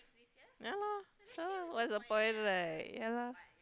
ya lah so what's the point right ya lah